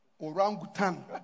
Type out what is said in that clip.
Orangutan